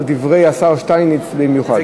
על דברי השר שטייניץ במיוחד.